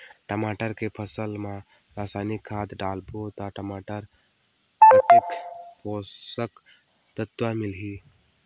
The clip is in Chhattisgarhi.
टमाटर के फसल मा रसायनिक खाद डालबो ता टमाटर कतेक पोषक तत्व मिलही?